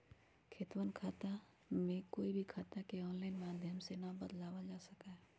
वेतन खाता में कोई भी खाता के आनलाइन माधम से ना बदलावल जा सका हई